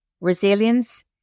resilience